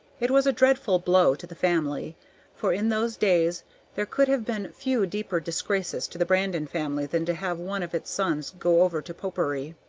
it was a dreadful blow to the family for in those days there could have been few deeper disgraces to the brandon family than to have one of its sons go over to popery.